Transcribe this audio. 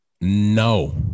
no